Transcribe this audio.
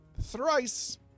thrice